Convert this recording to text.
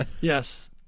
Yes